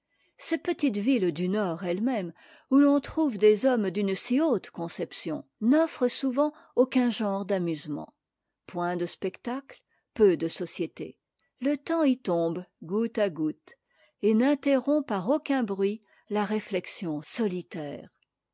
ces petites villes du nord elles-mêmes où l'on trouve des hommes d'une si haute conception n'offrent souvent aucun genre d'amusement point de spectacle peu de société le temps y tombe goutte à goutte et n'interrompt par aucun bruit la réuexion solitaire